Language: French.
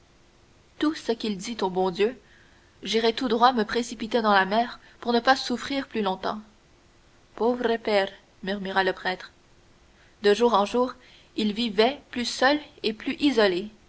tout ce qu'il dit au bon dieu j'irais tout droit me précipiter dans la mer pour ne pas souffrir plus longtemps pauvre père murmura le prêtre de jour en jour il vivait plus seul et plus isolé